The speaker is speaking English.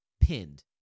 pinned